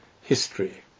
history